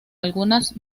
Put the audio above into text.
algunas